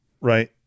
right